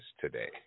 today